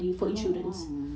mmhmm